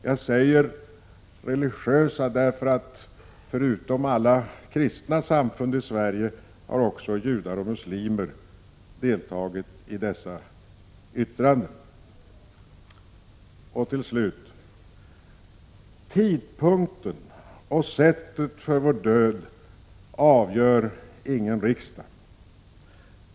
Jag säger religiösa, därför att förutom alla kristna samfund i Sverige har också judar och muslimer deltagit när det gällt dessa yttranden. Till slut: Tidpunkten och sättet för vår död avgör ingen riksdag.